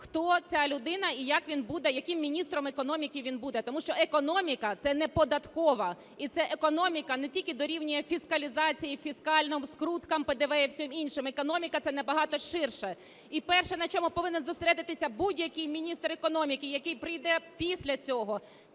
хто ця людина і як він буде, яким міністром економіки він буде. Тому що економіка – це не податкова, і це економіка не тільки дорівнює фіскалізації, фіскальним скруткам, ПДВ і всьому іншому. Економіка – це набагато ширше. І перше, на чому повинен зосередитися будь-який міністр економіки, який прийде після цього,